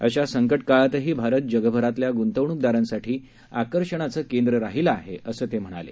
अशा संकट काळातही भारत जगभरातल्या गुंतवणूकदारांसाठी आकर्षणाचं केंद्र राहिलं आहे असं ते म्हणाले